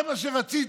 זה מה שרציתם?